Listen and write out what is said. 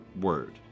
word